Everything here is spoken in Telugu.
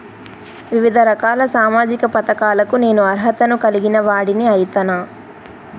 వివిధ రకాల సామాజిక పథకాలకు నేను అర్హత ను కలిగిన వాడిని అయితనా?